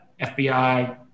FBI